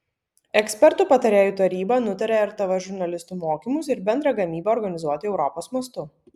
ekspertų patarėjų taryba nutarė rtv žurnalistų mokymus ir bendrą gamybą organizuoti europos mastu